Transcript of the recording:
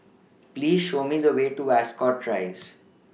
Please Show Me The Way to Ascot Rise